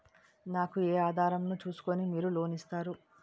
నాకు ఏ ఆధారం ను చూస్కుని మీరు లోన్ ఇస్తారు?